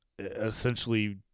essentially